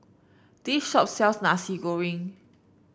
this shop sells Nasi Goreng